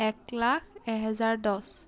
এক লাখ এহেজাৰ দহ